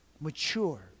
mature